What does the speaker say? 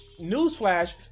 Newsflash